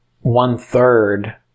one-third